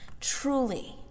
Truly